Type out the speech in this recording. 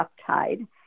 uptide